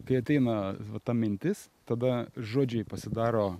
kai ateina ta mintis tada žodžiai pasidaro